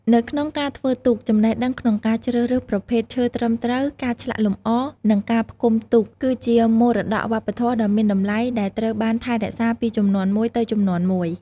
នៅក្នុងការធ្វើទូក ចំណេះដឹងក្នុងការជ្រើសរើសប្រភេទឈើត្រឹមត្រូវ ការឆ្លាក់លម្អ និងការផ្គុំទូក គឺជាមរតកវប្បធម៌ដ៏មានតម្លៃដែលត្រូវបានថែរក្សាពីជំនាន់មួយទៅជំនាន់មួយ។